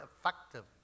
effective